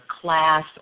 class